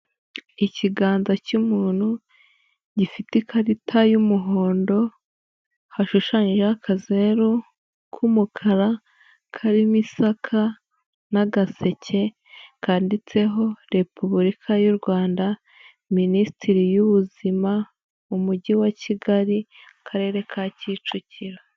Ikiganza cy'umuntu, gifite ikarita y'umuhondo, hashushanyijeho akazeru k'umukara karimo isaka n'agaseke, kanditseho Repubulika y'u Rwanda Minisitiri y'Ubuzima mu mujyi wa Kigali, Akarere ka Kicukiro.